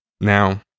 Now